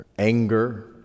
Anger